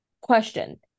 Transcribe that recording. Question